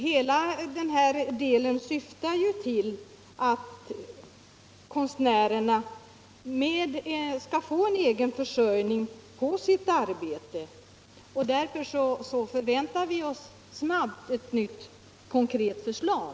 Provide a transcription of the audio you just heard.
Allt detta syftar till att konstnärerna skall få en egen försörjning av sitt arbete, och därför förväntar vi oss snabbt ett nytt konkret förslag.